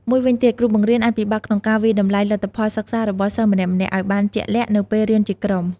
មួយវិញទៀតគ្រូបង្រៀនអាចពិបាកក្នុងការវាយតម្លៃលទ្ធផលសិក្សារបស់សិស្សម្នាក់ៗឲ្យបានជាក់លាក់ នៅពេលរៀនជាក្រុម។